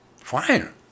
Fine